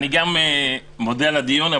אני גם מודה על הדיון,